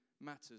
matters